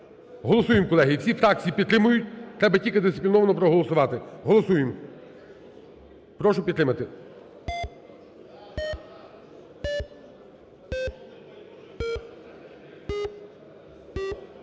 Голосуємо, колеги, і всі фракції підтримують, треба тільки дисципліновано проголосувати. Голосуємо. Прошу підтримати.